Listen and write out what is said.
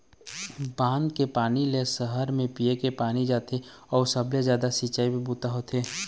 बांध के पानी ले सहर म पीए के पानी जाथे अउ सबले जादा सिंचई के बूता होथे